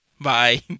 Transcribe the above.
Bye